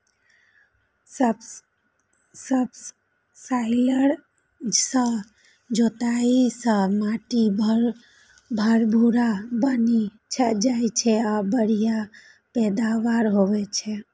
subsoiler सं जोताइ सं माटि भुरभुरा बनि जाइ छै आ बढ़िया पैदावार होइ छै